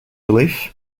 relief